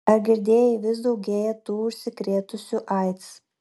ar girdėjai vis daugėja tų užsikrėtusių aids